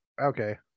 Okay